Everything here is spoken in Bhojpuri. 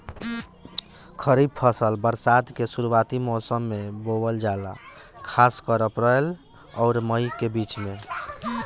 खरीफ फसल बरसात के शुरूआती मौसम में बोवल जाला खासकर अप्रैल आउर मई के बीच में